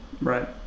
Right